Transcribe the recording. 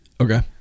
okay